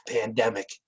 pandemic